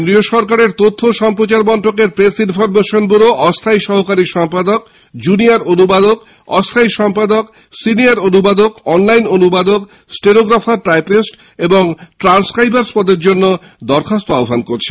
কেন্দ্রীয় সরকারের তথ্য ও সম্প্রচার মন্ত্রকের প্রেস ইনফরমেশন ব্যুরো অস্থায়ী সহকারী সম্পাদক জুনিয়র অনুবাদক অস্থায়ী সম্পাদক সিনিয়র অনুবাদক অনলাইন অনুবাদক স্টেনোগ্রাফার টাইপিস্ট এবং ট্রান্সক্রাইবারস্ পদের জন্য দরখাস্ত আহ্বান করছে